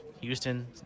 houston